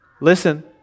Listen